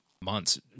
months